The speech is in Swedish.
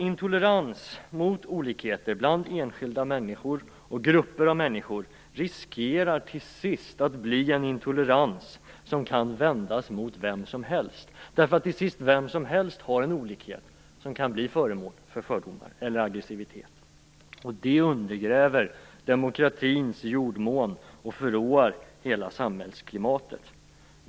Intolerans mot olikheter bland enskilda människor och grupper av människor riskerar till sist att bli en intolerans som kan vändas mot vem som helst. Till sist har vem som helst en olikhet som kan bli föremål för fördomar eller aggressivitet. Det undergräver demokratins jordmån och förråar hela samhällsklimatet.